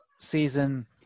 season